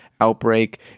outbreak